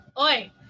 oi